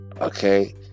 Okay